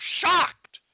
shocked